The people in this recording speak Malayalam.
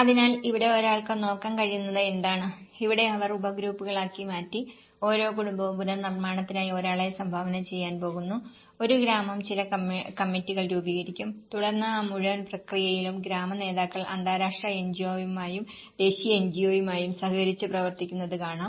അതിനാൽ ഇവിടെ ഒരാൾക്ക് നോക്കാൻ കഴിയുന്നത് എന്താണ് ഇവിടെ അവർ ഉപഗ്രൂപ്പുകളാക്കി മാറ്റി ഓരോ കുടുംബവും പുനർനിർമ്മാണത്തിനായി ഒരാളെ സംഭാവന ചെയ്യാൻ പോകുന്നു ഒരു ഗ്രാമം ചില കമ്മിറ്റികൾ രൂപീകരിക്കും തുടർന്ന് ആ മുഴുവൻ പ്രക്രിയയിലും ഗ്രാമ നേതാക്കൾ അന്താരാഷ്ട്ര എൻജിഒയുമായും ദേശീയ എൻജിഒയുമായും സഹകരിച്ച് പ്രവർത്തിക്കുന്നത് കാണാം